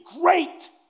great